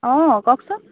অঁ কওকচোন